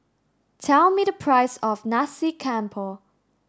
tell me the price of Nasi Campur